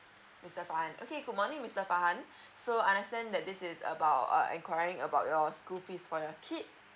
mister farhan okay good morning mister farhan so I understand that this is about err inquiring about your school fees for your kid